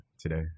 today